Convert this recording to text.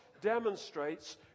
demonstrates